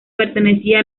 pertenecía